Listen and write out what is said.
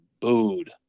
booed